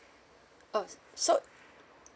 oh so